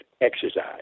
exercise